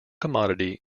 commodity